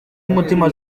umutima